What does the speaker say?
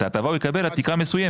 את ההטבה הוא יקבל עד לתקרה מסוימת.